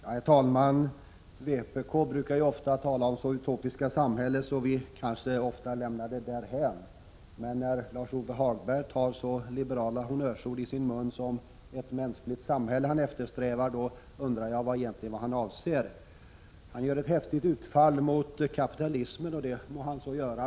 Herr talman! Vpk brukar ju tala om ett så utopiskt samhälle att vi kanske ofta lämnar det talet därhän. Men när Lars-Ove Hagberg tar så liberala honnörsord i sin mun som strävan efter ett mänskligt samhälle, då undrar jag vad han egentligen avser. Han gör ett häftigt utfall mot kapitalismen, och det må han göra.